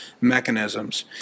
mechanisms